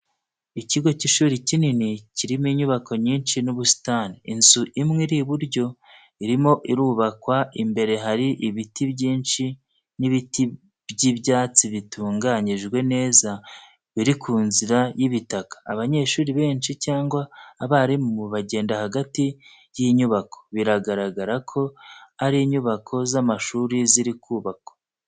Ikigo cy'ishuri kinini kirimo inyubako nyinshi n'ubusitani. Inzu imwe iri iburyo irimo irubakwa, imbere hari ibiti byinshi n'ibiti by'ibyatsi bitunganyijwe neza biri ku nzira y'ibitaka. Abanyeshuri benshi cyangwa abarimu bagenda hagati y'inyubako. Biragaragara ko ari inyubazo z'amashuri ziri kubakwa.